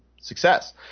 success